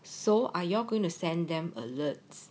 so are you going to send them alerts